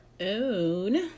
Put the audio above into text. own